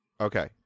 Okay